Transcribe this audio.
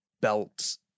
belts